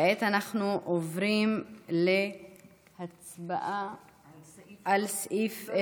כעת אנחנו עוברים להצבעה על סעיף 3,